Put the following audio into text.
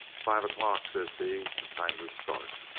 five o'clock says he, and time to start